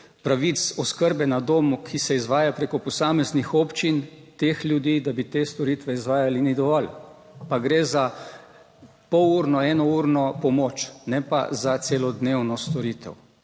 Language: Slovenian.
pravic oskrbe na domu, ki se izvajajo preko posameznih občin teh ljudi, da bi te storitve izvajali, ni dovolj. Pa gre za polurno, enourno pomoč, ne pa za celodnevno storitev.